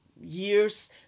years